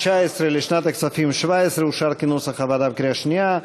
19 לשנת הכספים 2017 אושר כנוסח הוועדה בקריאה שנייה.